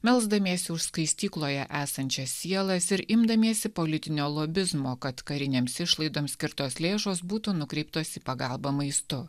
melsdamiesi už skaistykloje esančias sielas ir imdamiesi politinio lobizmo kad karinėms išlaidoms skirtos lėšos būtų nukreiptos į pagalbą maistu